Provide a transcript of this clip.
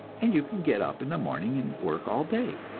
and you can get up in the morning and work all day,